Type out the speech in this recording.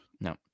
No